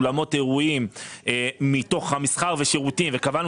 אולמות אירועים מתוך המסחר ושירותים וקבענו